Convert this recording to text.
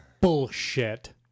bullshit